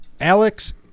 Alex